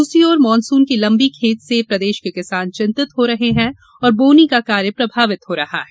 दूसरी ओर मॉनसून की लम्बी खेंच से प्रदेश के किसान चिंतित हो रहे हैं और बोवनी का कार्य प्रभावित हो रहा है